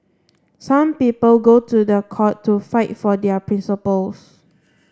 some people go to the court to fight for their principles